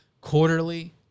quarterly